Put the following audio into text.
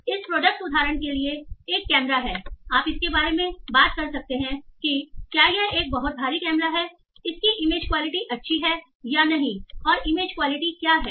तो इस प्रोडक्ट उदाहरण के लिए एक कैमरा है आप इसके बारे में बात कर सकते हैं कि क्या यह एक बहुत भारी कैमरा है इसकी इमेज क्वालिटी अच्छी है या नहीं और इमेज क्वालिटी क्या है